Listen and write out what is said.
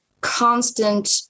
constant